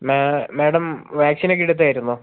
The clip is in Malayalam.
മാഡം വാക്സിനൊക്കെ എടുത്തായിരുന്നോ